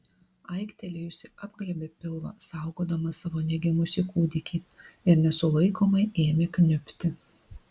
aiktelėjusi apglėbė pilvą saugodama savo negimusį kūdikį ir nesulaikomai ėmė kniubti